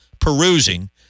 perusing